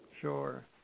Sure